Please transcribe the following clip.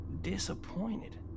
disappointed